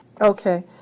Okay